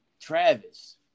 Travis